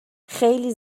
خیلی